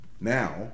Now